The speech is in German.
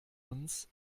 uns